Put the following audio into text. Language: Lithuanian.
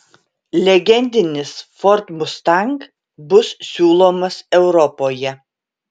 legendinis ford mustang bus siūlomas europoje